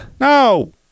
No